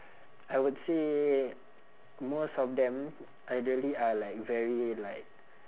I would say most of them elderly are like very like